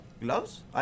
Gloves